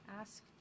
ask